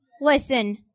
listen